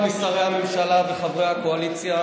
החוצה.